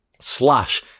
slash